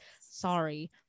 sorry